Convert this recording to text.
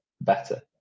better